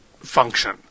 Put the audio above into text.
function